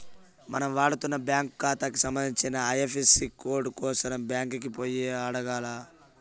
మనం వాడతన్న బ్యాంకు కాతాకి సంబంధించిన ఐఎఫ్ఎసీ కోడు కోసరం బ్యాంకికి పోయి అడగాల్ల